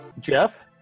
Jeff